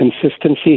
consistency